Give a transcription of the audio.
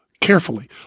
carefully